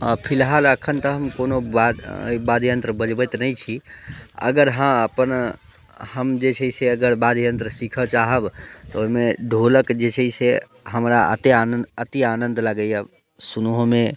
फिलहाल अखन तऽ हम कोनो वाद्य वाद्य यंत्र बजबैत नहि छी अगर हँ अपन हम जे छै से अगर वाद्ययंत्र सीखऽ चाहब तऽ ओहिमे ढ़ोलक जे छै से हमरा अत्ते आनन्द अति आनन्द लगैया सुनोहोमे